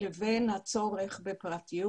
לבין הצורך בפרטיות.